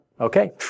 Okay